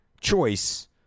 choice